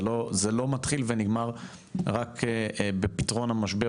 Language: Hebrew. זה לא מתחיל ונגמר רק בפתרון המשבר,